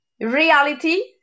reality